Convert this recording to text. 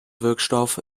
wirkstoff